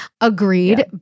Agreed